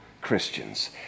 Christians